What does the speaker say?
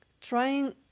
Trying